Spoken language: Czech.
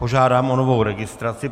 Požádám o novou registraci.